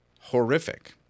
horrific